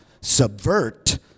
subvert